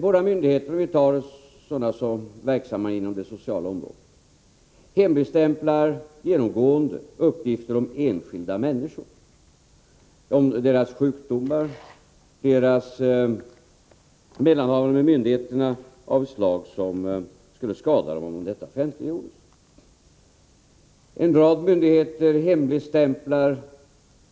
Våra myndigheter inom exempelvis det sociala området hemligstämplar genomgående uppgifter om enskilda människor, om deras sjukdomar, deras mellanhavanden med myndigheterna av sådant slag att det skulle kunna skada dem om de offentliggjordes. En rad myndigheter hemligstämplar